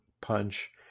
punch